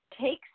takes